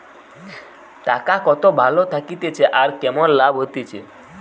টাকা কত ভালো থাকতিছে আর কেমন লাভ হতিছে